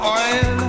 oil